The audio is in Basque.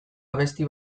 abesti